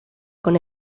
con